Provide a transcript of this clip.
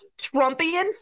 Trumpian